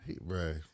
Right